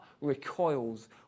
recoils